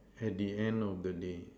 at the end of the day